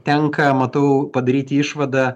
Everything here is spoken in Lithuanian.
tenka matau padaryti išvadą